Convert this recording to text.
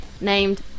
named